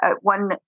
one